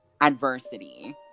adversity